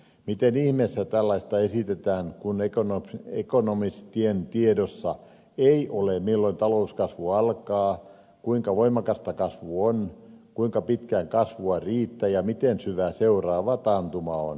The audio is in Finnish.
miten ihmeessä tällaista esitetään kun ekonomistien tiedossa ei ole milloin talouskasvu alkaa kuinka voimakasta kasvu on kuinka pitkään kasvua riittää ja miten syvä seuraava taantuma on